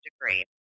degree